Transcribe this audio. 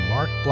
Mark